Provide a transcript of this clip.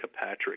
Patrick